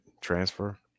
transfer